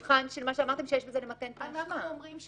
במקרה של אדם שלוקח סמים או שותה כדי לבצע עבירה אנחנו לא נוגעים,